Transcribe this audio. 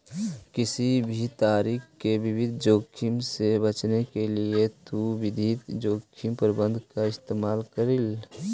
किसी भी तरीके के वित्तीय जोखिम से बचने के लिए तु वित्तीय जोखिम प्रबंधन का इस्तेमाल करअ